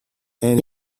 and